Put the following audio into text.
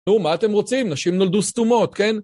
נו, מה אתם רוצים? נשים נולדו סתומות, כן?